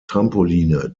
trampoline